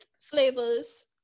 flavors